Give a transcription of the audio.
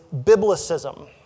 biblicism